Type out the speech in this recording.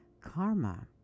Karma